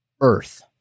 Earth